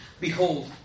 Behold